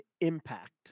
impact